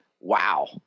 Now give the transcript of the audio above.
wow